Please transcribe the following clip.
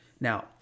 Now